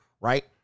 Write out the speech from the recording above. right